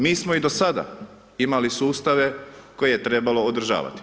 Mi smo i do sada imali sustave koje je trebalo održavati.